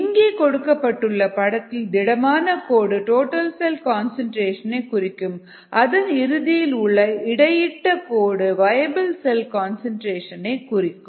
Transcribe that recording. இங்கே கொடுக்கப்பட்டுள்ள படத்தில் திடமான கோடு டோட்டல் செல் கன்சன்ட்ரேஷன் ஐ குறிக்கும் அதன் இறுதியில் உள்ள இடையிட்ட கோடு வயபிள் செல் கன்சன்ட்ரேஷன் ஐ குறிக்கும்